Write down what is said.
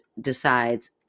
decides